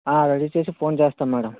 ready చేసి phone చేస్తాం madam